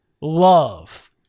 love